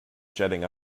jetting